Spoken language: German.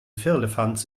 firlefanz